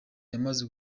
yamaze